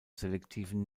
selektiven